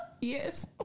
Yes